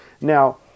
Now